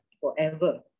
forever